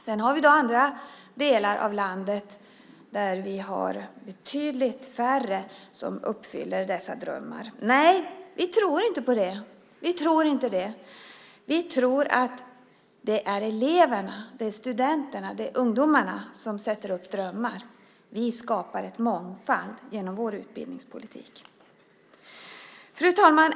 Det finns andra delar av landet där vi har betydligt färre som uppfyller dessa drömmar. Vi tror inte på det. Vi tror att det är eleverna, studenterna, ungdomarna som sätter upp drömmar. Vi skapar en mångfald genom vår utbildningspolitik. Fru talman!